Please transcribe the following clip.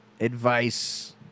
advice